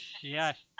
Yes